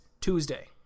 Tuesday